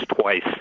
twice